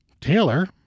Taylor